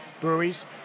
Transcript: breweries